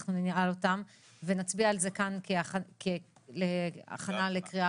אנחנו נעלה אותם ונצביע על זה כאן כהכנה לקריאה